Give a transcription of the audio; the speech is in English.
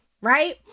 right